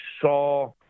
saw